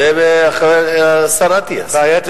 זה השר אטיאס.